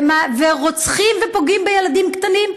רוצחים ופוגעים בילדים קטנים,